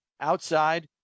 outside